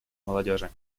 молодежи